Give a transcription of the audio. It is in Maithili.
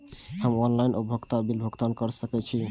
हम ऑनलाइन उपभोगता बिल भुगतान कर सकैछी?